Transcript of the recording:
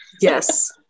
Yes